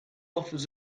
offers